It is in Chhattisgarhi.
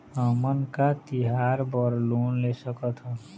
हमन का तिहार बर लोन ले सकथन?